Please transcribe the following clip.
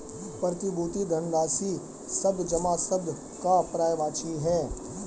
प्रतिभूति धनराशि शब्द जमा शब्द का पर्यायवाची है